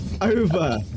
over